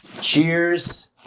Cheers